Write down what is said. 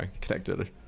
connected